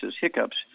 hiccups